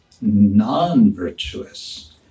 non-virtuous